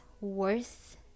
worth